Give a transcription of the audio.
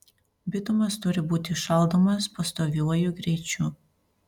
bitumas turi būti šaldomas pastoviuoju greičiu